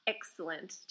Excellent